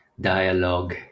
Dialogue